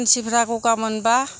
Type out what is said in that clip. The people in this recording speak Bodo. मानसिफ्रा गगा मोनबा